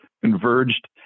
converged